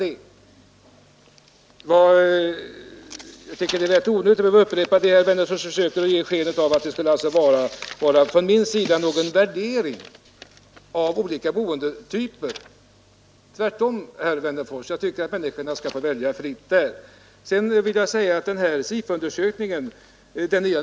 Herr Wennerfors försökte ge sken av att jag skulle ha gjort någon värdering av olika bostadstyper. Tvärtom, herr Wennerfors! Jag tycker att människorna skall få välja fritt. Om SIFO-undersökningen kan jag säga att jag är nyfiken på den.